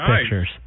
pictures